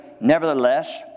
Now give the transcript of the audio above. Nevertheless